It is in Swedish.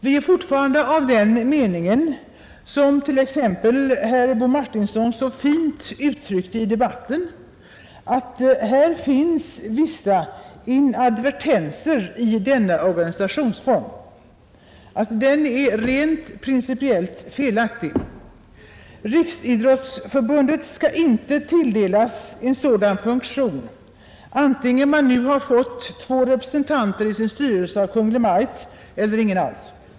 Vi är fortfarande av den meningen, som t.ex. herr Bo Martinsson så fint uttryckte det i debatten, att det finns vissa inadvertenser i denna organisationsform. Den är rent principiellt felaktig. Riksidrottsförbundet skall inte tilldelas en sådan funktion, antingen man nu har fått två representanter i sin styrelse från Kungl. Maj:t eller ingen alls.